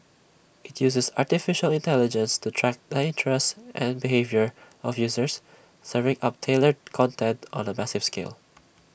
IT uses Artificial Intelligence to track the interests and behaviour of users serving up tailored content on A massive scale